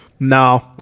No